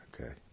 Okay